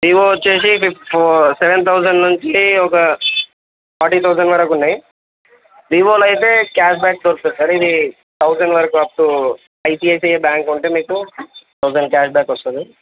Vivo వచ్చేసి ఫి ఫో సెవెన్ తౌజండ్ నుంచి ఒక ఫార్టీ తౌజండ్ వరకు ఉన్నాయి వీవోలో అయితే క్యాష్బ్యాక్ వస్తుంది సార్ ఇది తౌజండ్ వరకు అప్ టూ ఐసీఐసీఐ బ్యాంక్ ఉంటే మీకు తౌజండ్ క్యాష్బ్యాక్ వస్తుంది